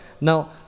Now